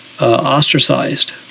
Ostracized